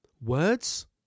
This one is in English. Words